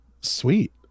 sweet